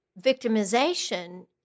victimization